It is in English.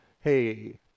hey